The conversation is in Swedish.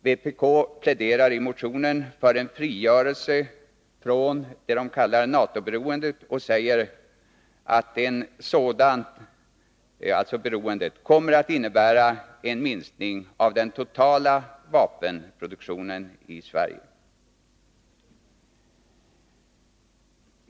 Vpk pläderar i motionen för en frigörelse från vad de kallar NATO-beroendet och säger, att en sådan frigörelse kommer att innebära en minskning av den totala vapenproduktionen i Sverige.